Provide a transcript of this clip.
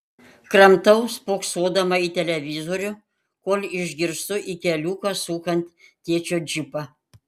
kramtau spoksodama į televizorių kol išgirstu į keliuką sukant tėčio džipą